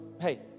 hey